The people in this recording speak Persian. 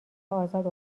ازاد